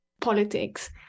politics